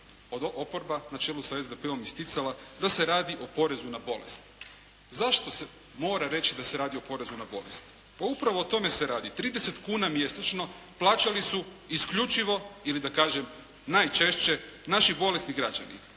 je oporba na čelu sa SDP-om isticala da se radi o porezu na bolest. Zašto se mora reći da se radi o porezu na bolest? Pa upravo o tome se radi. 30 kuna mjesečno plaćali su isključivo ili da kažem najčešće naši bolesni građani